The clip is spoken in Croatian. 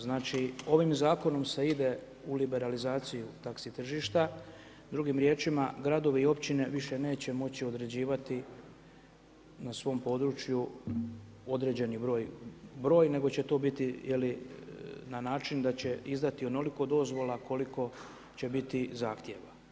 Znači, ovim Zakonom se ide u liberalizaciju taxi tržišta, drugim riječima, gradovi i općine više neće moći određivati na svom području određeni broj, nego će to biti na način da će izdati onoliko dozvola koliko će biti zahtjeva.